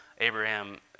Abraham